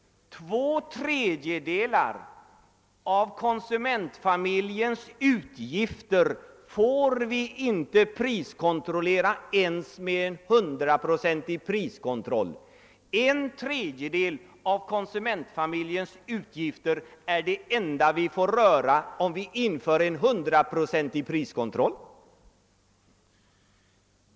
Två tredjedelar av konsumentfamiljens utgifter får vi inte priskontrollera ens med en hundraprocentig priskontroll. En tredjedel är det enda vi får röra, även om vi inför en hundraprocentig priskontroll.